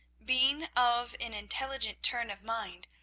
being of an intelligent turn of mind,